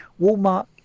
Walmart